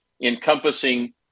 encompassing